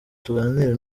tuganire